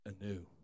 anew